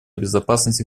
безопасности